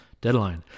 Deadline